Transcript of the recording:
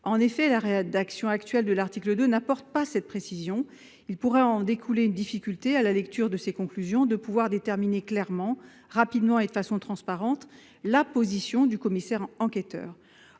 En effet, la rédaction actuelle de l'article 2 n'apportant pas cette précision, il pourrait s'avérer difficile, à la lecture des conclusions de l'enquête, de déterminer clairement, rapidement et de façon transparente la position du commissaire enquêteur.